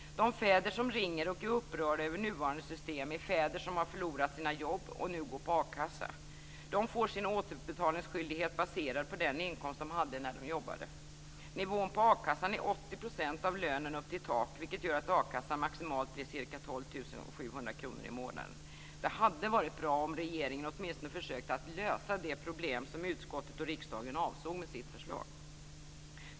De fäder som ringer och är upprörda över nuvarande system är fäder som har förlorat sina jobb och nu går på a-kassa. De får sin återbetalningsskyldighet baserad på den inkomst de hade när de jobbade. Nivån på a-kassan är 80 % av lönen upp till tak vilket gör att a-kassan maximalt blir cirka 12 700 kr i månaden. Det hade varit bra om regeringen åtminstone försökt att lösa detta problem såsom utskottet och riksdagen avsåg med sitt förslag.